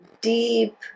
deep